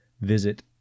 Visit